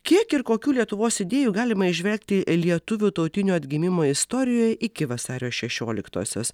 kiek ir kokių lietuvos idėjų galima įžvelgti lietuvių tautinio atgimimo istorijoje iki vasario šešioliktosios